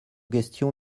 question